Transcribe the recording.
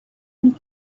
and